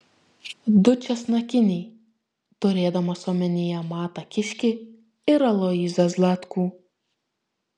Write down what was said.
du česnakiniai turėdamas omenyje matą kiškį ir aloyzą zlatkų